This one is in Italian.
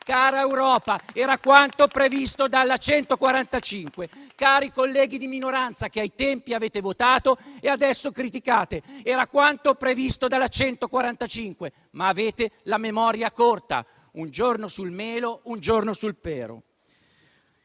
Cara Europa, era quanto previsto dalla legge n. 145. Cari colleghi di minoranza, che ai tempi avete votato e adesso criticate, era quanto previsto dalla legge n. 145. Ma avete la memoria corta: un giorno sul melo, un giorno sul pero.